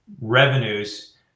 revenues